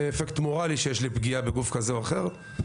חלקם באפקט המורלי שיש לפגיעה בגוף כזה או אחר.